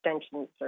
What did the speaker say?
extensions